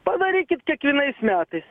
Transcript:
padarykit kiekvienais metais